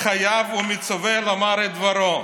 חייב ומצֻווה לומר את דברו.